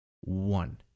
One